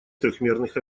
трёхмерных